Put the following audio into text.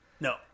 No